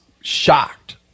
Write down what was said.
shocked